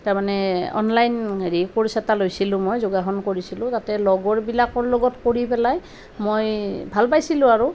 তাৰমানে অনলাইন হেৰি কৰ্চ এটা লৈছিলোঁ মই যোগাসন কৰিছিলোঁ তাতে লগৰবিলাকৰ লগত কৰি পেলাই মই ভাল পাইছিলোঁ আৰু